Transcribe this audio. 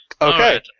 Okay